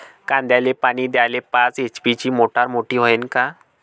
कांद्याले पानी द्याले पाच एच.पी ची मोटार मोटी व्हईन का?